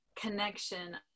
connection